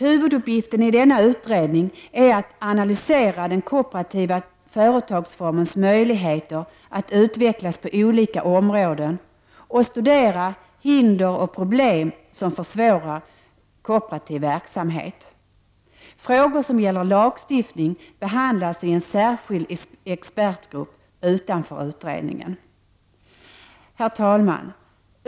Huvuduppgiften i denna utredning är att analysera den kooperativa företagsformens möjligheter att utvecklas på olika områden och studera hinder och problem som försvårar kooperativ verksamhet. Frågor som gäller lagstiftning behandlas i en särskild expertgrupp utanför utredningen. Herr talman!